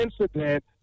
incident